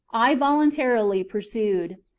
i voluntarily pursued.